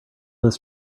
this